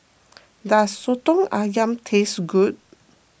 does Soto Ayam taste good